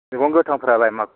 मैगं गोथांफ्रालाय